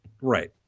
right